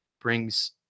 brings